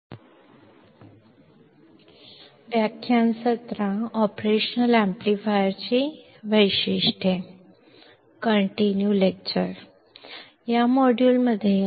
ಈ ಮಾಡ್ಯೂಲ್ಗೆ ಸುಸ್ವಾಗತ ಮತ್ತು ಈ ಮಾಡ್ಯೂಲ್ನಲ್ಲಿ ಆಪರೇಷನ್ ಆಂಪ್ಲಿಫೈಯರ್ ನ ಕೆಲವು ಗುಣಲಕ್ಷಣಗಳನ್ನು ನಾವು ನೋಡುತ್ತೇವೆ